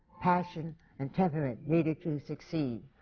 passion and temperament needed to succeed.